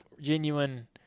genuine